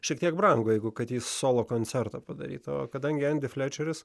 šiek tiek brango jeigu kad į solo koncertą padarytų o kadangi andy frečeris